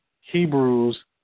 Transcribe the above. Hebrews